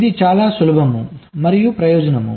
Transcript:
ఇది చాలా సులభం మరియు ప్రయోజనం